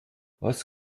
was